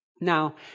Now